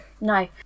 No